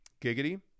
Giggity